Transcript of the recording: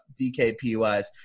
DKP-wise